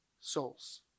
souls